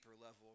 level